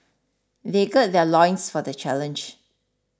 they gird their loins for the challenge